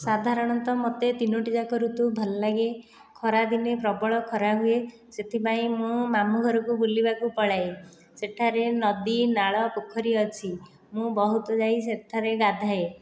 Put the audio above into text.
ସାଧାରଣତଃ ମୋତେ ତିନୋଟି ଯାକ ଋତୁ ଭଲ ଲାଗେ ଖରା ଦିନେ ପ୍ରବଳ ଖରା ହୁଏ ସେଥିପାଇଁ ମୁଁ ମାମୁଁ ଘରକୁ ବୁଲିବାକୁ ପଳାଏ ସେଠାରେ ନଦୀ ନାଳ ପୋଖରୀ ଅଛି ମୁଁ ବହୁତ ଯାଇ ସେଠାରେ ଗାଧାଏ